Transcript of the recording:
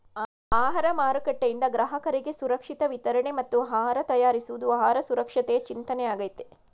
ಆಹಾರ ಮಾರುಕಟ್ಟೆಯಿಂದ ಗ್ರಾಹಕರಿಗೆ ಸುರಕ್ಷಿತ ವಿತರಣೆ ಮತ್ತು ಆಹಾರ ತಯಾರಿಸುವುದು ಆಹಾರ ಸುರಕ್ಷತೆಯ ಚಿಂತನೆಯಾಗಯ್ತೆ